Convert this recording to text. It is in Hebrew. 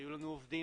היו לנו עובדים